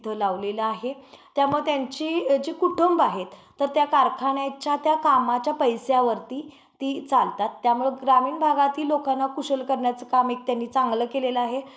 तिथं लावलेलं आहे त्यामुळं त्यांची जे कुटुंब आहेत तर त्या कारखाान्याच्या त्या कामाच्या पैश्यावरती ती चालतात त्यामुळं ग्रामीण भागातील लोकांना कुशल करण्याचं काम एक त्यांनी चांगलं केलेलं आहे